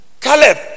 Caleb